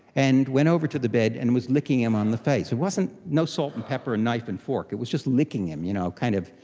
and went over to the bed and was licking him on the face. it wasn't, no salt and pepper and knife and fork, it was just licking him, you know kind of,